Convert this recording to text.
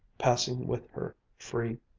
passing with her free,